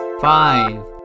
five